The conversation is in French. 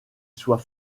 soit